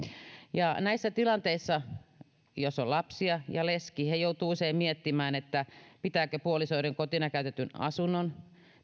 näissä tilanteissa jos on lapsia ja leski he joutuvat usein miettimään pitävätkö puolisoiden kotina käytetyn asunnon